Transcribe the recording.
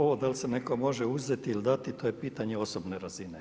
Ovo dal' se nekome može uzeti ili dati, to je pitanje osobne razine.